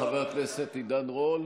חבר הכנסת עידן רול,